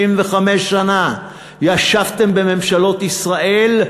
65 שנה ישבתם בממשלות ישראל,